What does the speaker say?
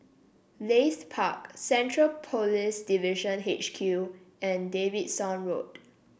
Leith Park Central Police Division H Q and Davidson Road